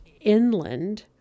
inland